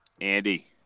Andy